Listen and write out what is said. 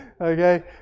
Okay